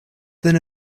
than